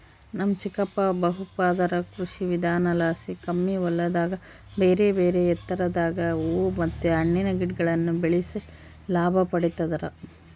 ನಮ್ ಚಿಕ್ಕಪ್ಪ ಬಹುಪದರ ಕೃಷಿವಿಧಾನಲಾಸಿ ಕಮ್ಮಿ ಹೊಲದಾಗ ಬೇರೆಬೇರೆ ಎತ್ತರದಾಗ ಹೂವು ಮತ್ತೆ ಹಣ್ಣಿನ ಗಿಡಗುಳ್ನ ಬೆಳೆಸಿ ಲಾಭ ಪಡಿತದರ